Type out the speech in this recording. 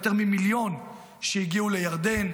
יותר ממיליון שהגיעו לירדן,